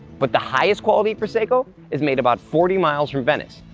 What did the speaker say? but the highest quality prosecco is made about forty miles from venice,